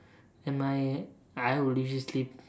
and my I will usually sleep